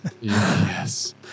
Yes